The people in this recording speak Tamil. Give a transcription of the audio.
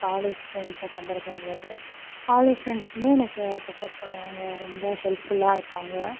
காலேஜ் ஃப்ரெண்ட்ஸை கம்பேர் பண்ணும்போது காலேஜ் ஃப்ரெண்ட்ஸுமே எனக்கு சப்போர்ட் பண்ணுவாங்க ரொம்ப ஹெல்ப்ஃபுல்லாக இருப்பாங்க